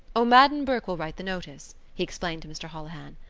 o'madden burke will write the notice, he explained to mr. holohan,